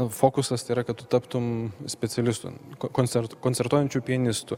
fokusas tai yra kad tu taptum specialistu koncert koncertuojančiu pianistu